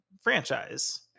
franchise